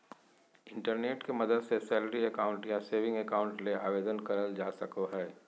internet के मदद से सैलरी अकाउंट या सेविंग अकाउंट ले आवेदन करल जा सको हय